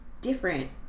different